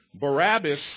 Barabbas